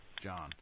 John